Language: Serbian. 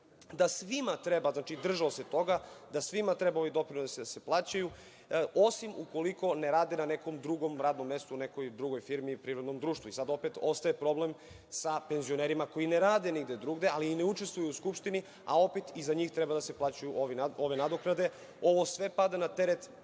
da svima treba, znači, držao se toga, da svima treba ovi doprinosi da se plaćaju osim ukoliko ne rade na nekom drugom radnom mestu, nekoj drugoj firmi, privrednom društvu. Sada opet ostaje problem sa penzionerima koji ne rade nigde drugde ali ne učestvuju u Skupštini, a opet i za njih treba da se plaćaju ove nadoknade. Ovo sve pada na teret